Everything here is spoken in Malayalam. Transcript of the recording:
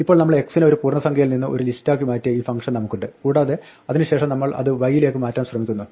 ഇപ്പോൾ നമ്മൾ x നെ ഒരു പൂർണ്ണസംഖ്യയിൽ നിന്ന് ഒരു ലിസ്റ്റാക്കി മാറ്റിയ ഈ ഫംഗ്ഷൻ നമുക്കുണ്ട് കൂടാതെ അതിന് ശേഷം നമ്മൾ അത് y യിലേക്ക് നൽകാൻ ശ്രമിക്കുന്നു